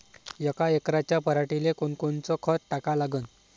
यका एकराच्या पराटीले कोनकोनचं खत टाका लागन?